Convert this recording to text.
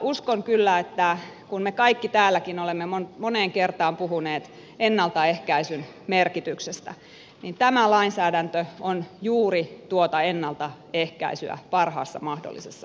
uskon kyllä että kun me kaikki täälläkin olemme moneen kertaan puhuneet ennaltaehkäisyn merkityksestä tämä lainsäädäntö on juuri tuota ennaltaehkäisyä parhaassa mahdollisessa muodossa